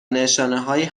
نشانههایی